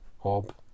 hob